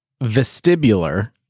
vestibular